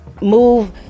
move